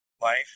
life